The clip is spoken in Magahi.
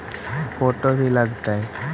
फोटो भी लग तै?